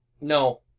No